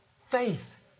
faith